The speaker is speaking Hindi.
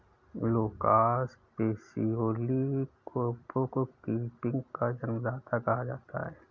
लूकास पेसियोली को बुक कीपिंग का जन्मदाता कहा जाता है